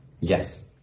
Yes